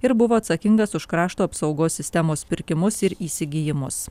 ir buvo atsakingas už krašto apsaugos sistemos pirkimus ir įsigijimus